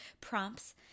prompts